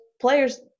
players